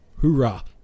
Hoorah